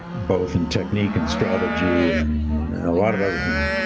both in technique and strategy and a lot of other things.